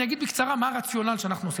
אני אגיד בקצרה מה הרציונל שאנחנו עושים.